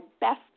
best